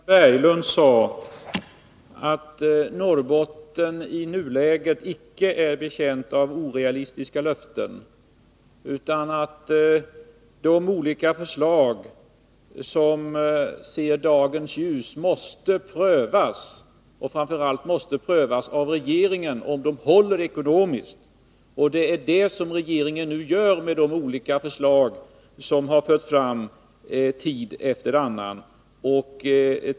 Fru talman! Jag vill gärna understryka det som Frida Berglund sade om att Norrbotten i nuläget icke är betjänt av orealistiska löften, utan det måste prövas, framför allt av regeringen, om de olika förslag som ser dagens ljus håller ekonomiskt. Det är det som regeringen nu gör med de olika förslag som har förts fram tid efter annan.